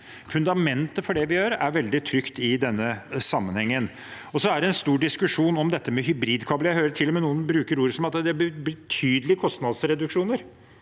Fundamentet for det vi gjør, er veldig trygt i denne sammenhengen. Så er det en stor diskusjon om dette med hybridkabler – jeg hører til og med noen bruker ord som at det blir betydelige kostnadsreduksjoner.